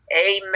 amen